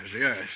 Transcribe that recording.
yes